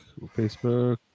facebook